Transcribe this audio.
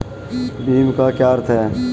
भीम का क्या अर्थ है?